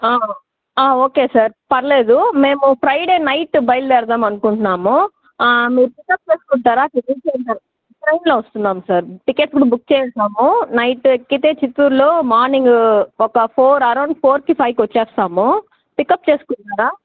okay sir పర్లేదు మేము Friday night బయల్దేరదామనుకుంటున్నాము ఆ మీరు పికప్ చేసుకుంటారా రీచ్ అయిన తరువాత ట్రైన్లో వస్తున్నాం సార్ టికెట్ కూడా బుక్ చేసేసాము నైట్ ఎక్కితే చిత్తూర్లో మార్నింగ్ ఒక ఫోర్ అరౌండ్ ఫోర్ ఫైవ్కి వచ్చేస్తాము పికప్ చేసుకుంటారా